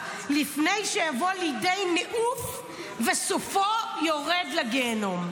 לפני שיבוא לידי ניאוף וסופו יורד לגיהינום".